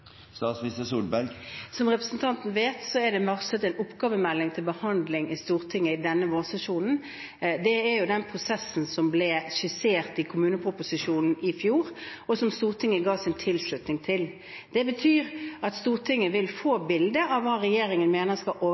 Som representanten vet, er det varslet en oppgavemelding til behandling i Stortinget denne vårsesjonen. Det er den prosessen som ble skissert i kommuneproposisjonen i fjor, og som Stortinget ga sin tilslutning til. Det betyr at Stortinget i løpet av relativt kort tid vil få bildet av hva regjeringen mener skal